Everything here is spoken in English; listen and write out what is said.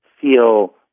feel